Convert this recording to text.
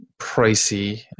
pricey